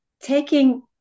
taking